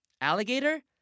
Alligator